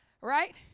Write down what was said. right